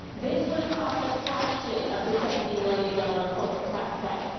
this would have cost a fraction of the seventy million-dollar corporate tax cut,